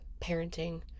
parenting